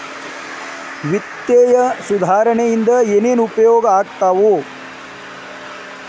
ವಿತ್ತೇಯ ಸುಧಾರಣೆ ಇಂದ ಏನೇನ್ ಉಪಯೋಗ ಆಗ್ತಾವ